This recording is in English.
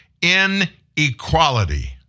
Inequality